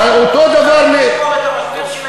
עפו, אותו דבר, הזה.